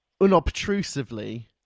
unobtrusively